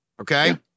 Okay